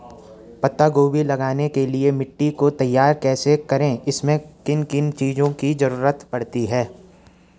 पत्ता गोभी लगाने के लिए मिट्टी को तैयार कैसे करें इसमें किन किन चीज़ों की जरूरत पड़ती है?